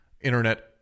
internet